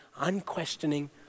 unquestioning